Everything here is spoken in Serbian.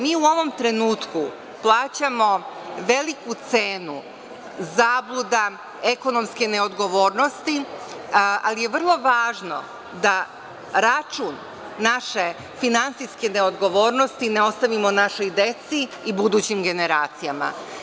Mi u ovom trenutku plaćamo veliku cenu zabluda, ekonomske neodgovornosti, ali je vrlo važno da račun naše finansijske neodgovornosti ne ostavimo našoj deci i budućim generacijama.